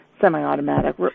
semi-automatic